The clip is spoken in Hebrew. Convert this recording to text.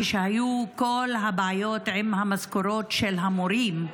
כשהיו כל הבעיות עם המשכורות של המורים,